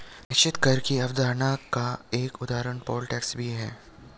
निश्चित कर की अवधारणा का एक उदाहरण पोल टैक्स भी है